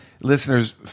listeners